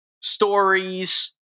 Stories